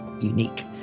unique